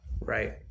Right